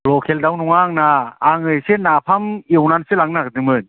लखेल दाव नङा आंना आङो एसे नाफाम एवनानैसो लांनो नागेरदोंमोन